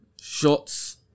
Shots